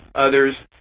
others.